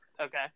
Okay